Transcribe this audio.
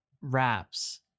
wraps